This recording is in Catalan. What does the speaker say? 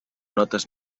notes